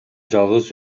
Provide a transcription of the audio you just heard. жалгыз